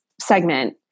segment